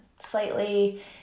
slightly